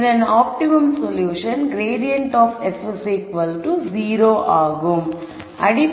இதன் optimum solution grad f0 ஆகும்